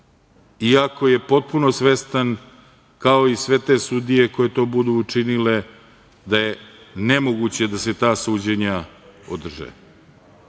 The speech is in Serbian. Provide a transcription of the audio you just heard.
iako je potpuno svestan, kao i sve te sudije koje to budu učinile da je nemoguće da se ta suđenja održe. To